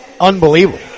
Unbelievable